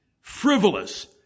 frivolous